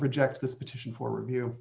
reject this petition for review